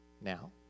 now